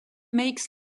makes